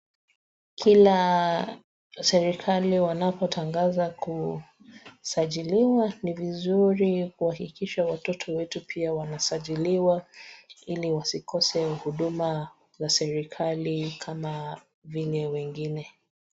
Kila serikali wanapotangaza kusajiliwa ni vizuri kuhakikisha watoto wetu pia wanasajiliwa ili wasikose huduma za serikali kama vile wengine.